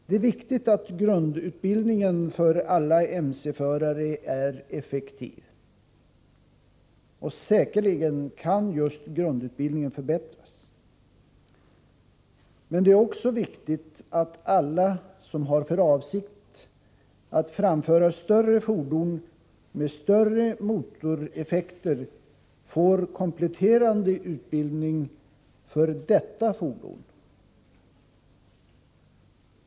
Det är viktigt att grundutbildningen för alla mc-förare är effektiv, och säkerligen kan den förbättras. Men det är också viktigt att alla som har för avsikt att framföra större fordon med större motoreffekter får kompletterande utbildning för detta fordon.